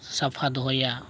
ᱥᱟᱯᱷᱟ ᱫᱚᱦᱚᱭᱟ